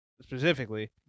specifically